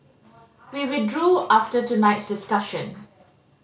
we withdrew after tonight's discussion